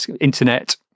internet